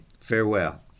Farewell